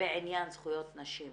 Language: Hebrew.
בעניין זכויות נשים